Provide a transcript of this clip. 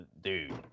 dude